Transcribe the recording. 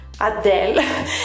Adele